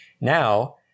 now